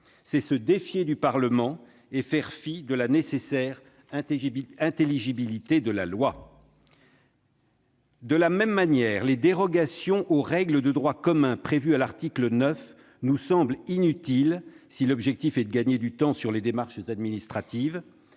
C'est se défier du Parlement et faire fi de la nécessaire intelligibilité de la loi ! Très bien ! De la même manière, les dérogations aux règles de droit commun prévues à l'article 9 nous semblent inutiles si l'objectif est de gagner du temps sur les démarches administratives.